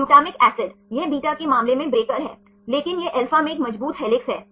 glutamic acid यह beta के मामले में ब्रेकर है लेकिन यह alpha में एक मजबूत हेलिक्स है